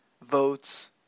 votes